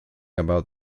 about